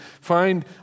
find